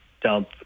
dump